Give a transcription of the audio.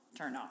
turnoff